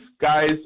guys